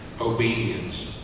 obedience